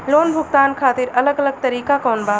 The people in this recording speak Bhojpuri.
लोन भुगतान खातिर अलग अलग तरीका कौन बा?